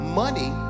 money